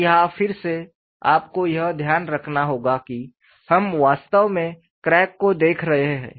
और यहां फिर से आपको यह ध्यान रखना होगा कि हम वास्तव में क्रैक को देख रहे हैं